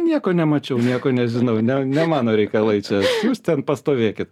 nieko nemačiau nieko nežinau ne ne mano reikalai čia jūs ten pastovėkit